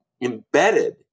embedded